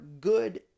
good